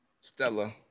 Stella